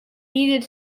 needed